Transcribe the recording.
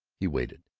he waited.